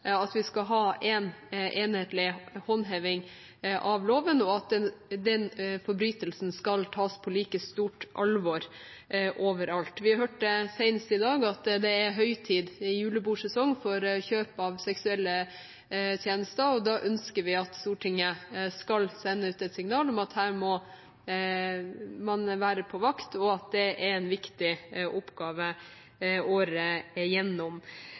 at vi ønsker at vi skal ha en enhetlig håndheving av loven, og at den forbrytelsen skal tas på like stort alvor overalt. Vi hørte senest i dag at det er høytid for kjøp av seksuelle tjenester i julebordsesongen. Da ønsker vi at Stortinget skal sende ut et signal om at her må man være på vakt, og at det er en viktig oppgave året igjennom.